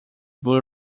bull